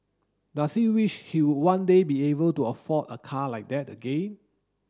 does he wish she would one day be able to afford a car like that again